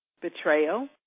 betrayal